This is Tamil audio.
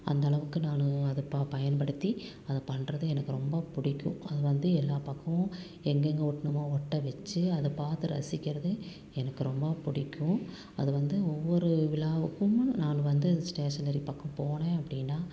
அந்தளவுக்கு நான் அதை பா பயன்படுத்தி அதை பண்ணுறது எனக்கு ரொம்ப பிடிக்கும் அது வந்து எல்லா பக்கமும் எங்கெங்க ஒட்டணுமோ ஒட்ட வச்சு அதை பார்த்து ரசிக்கிறது எனக்கு ரொம்ப பிடிக்கும் அது வந்து ஒவ்வொரு விழாவுக்கும் நான் வந்து அந்த ஸ்டேஷனரி பக்கம் போனேன் அப்படின்னா